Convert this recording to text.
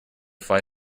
fly